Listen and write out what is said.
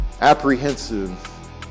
apprehensive